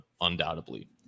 undoubtedly